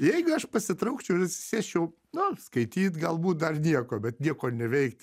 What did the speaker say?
jeigu aš pasitraukčiau sėsčiau nu skaityt galbūt dar nieko bet nieko neveikt